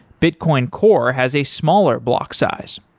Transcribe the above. bitcoin core has a smaller block size.